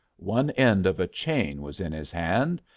one end of a chain was in his hand,